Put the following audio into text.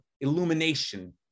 illumination